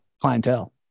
clientele